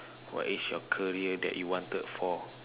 what is your career that you wanted for